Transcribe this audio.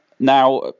Now